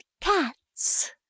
cats